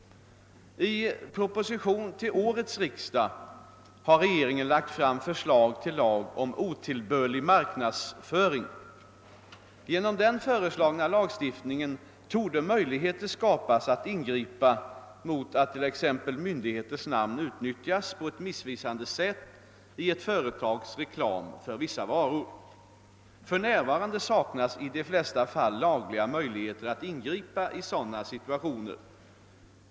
I proposition till årets riksdag har regeringen lagt fram förslag till lag om tillbörlig marknadsföring. Genom den föreslagna lagstiftningen torde möjligheter skapas att ingripa mot att t.ex. myndigheters namn utnyttjas på ett missvisande sätt i ett företags reklam för vissa varor. För närvarande saknas i de flesta fall lagliga möjligheter att ingripa i sådana situationer.